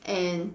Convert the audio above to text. and